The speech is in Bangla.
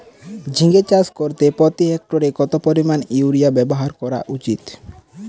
ঝিঙে চাষ করতে প্রতি হেক্টরে কত পরিমান ইউরিয়া ব্যবহার করা উচিৎ?